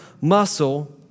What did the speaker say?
muscle